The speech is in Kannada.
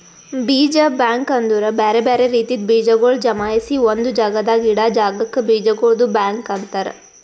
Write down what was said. ಬೀಜ ಬ್ಯಾಂಕ್ ಅಂದುರ್ ಬ್ಯಾರೆ ಬ್ಯಾರೆ ರೀತಿದ್ ಬೀಜಗೊಳ್ ಜಮಾಯಿಸಿ ಒಂದು ಜಾಗದಾಗ್ ಇಡಾ ಜಾಗಕ್ ಬೀಜಗೊಳ್ದು ಬ್ಯಾಂಕ್ ಅಂತರ್